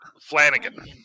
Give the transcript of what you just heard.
Flanagan